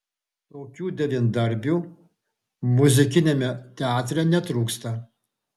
tokių devyndarbių muzikiniame teatre netrūksta